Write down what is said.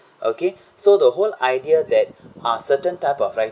okay so the whole idea that are certain type of wri~